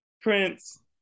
Prince